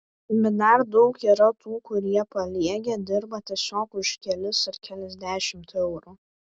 bet dar daug yra tų kurie paliegę dirba tiesiog už kelis ar keliasdešimt eurų